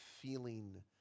feeling